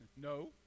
No